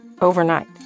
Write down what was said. overnight